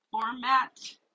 Format